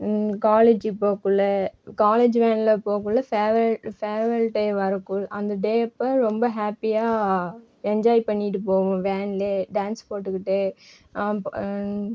college போக்குள்ளே college வேனில் போக்குள்ள ஃபேர்வெல் ஃபேர்வெல் டே வரக்குள் அந்த டே அப்போ ரொம்ப ஹாப்பியாக என்ஜாய் பண்ணிட்டு போவோம் வேன்லே டான்ஸ் போட்டுக்கிட்டு